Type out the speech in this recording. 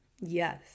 Yes